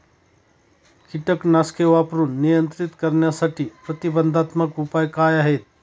कीटकनाशके वापरून नियंत्रित करण्यासाठी प्रतिबंधात्मक उपाय काय आहेत?